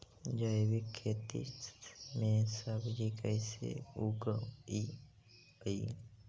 जैविक खेती में सब्जी कैसे उगइअई?